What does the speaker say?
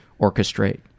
orchestrate